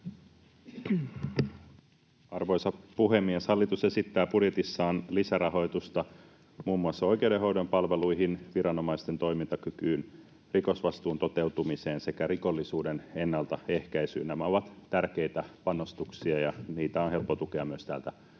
Arvoisa puhemies! Hallitus esittää budjetissaan lisärahoitusta muun muassa oikeudenhoidon palveluihin, viranomaisten toimintakykyyn, rikosvastuun toteutumiseen sekä rikollisuuden ennaltaehkäisyyn. Nämä ovat tärkeitä panostuksia, ja niitä on helppo tukea myös täältä